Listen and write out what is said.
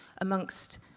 amongst